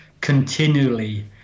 continually